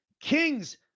Kings